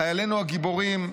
חיילינו הגיבורים,